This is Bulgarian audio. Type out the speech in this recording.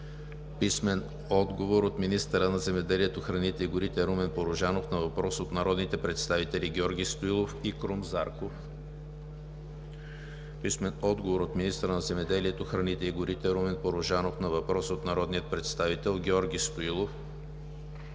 Велинов; - министъра на земеделието, храните и горите Румен Порожанов на въпрос от народните представители Георги Стоилов и Крум Зарков; - министъра на земеделието, храните и горите Румен Порожанов на въпрос от народния представител Георги Стоилов;